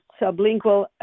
sublingual